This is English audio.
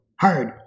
Hard